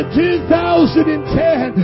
2010